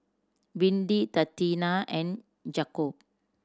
Windy Tatiana and Jakob